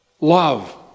Love